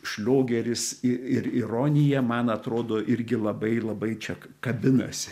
šliogeris i ir ironija man atrodo irgi labai labai čia kabinasi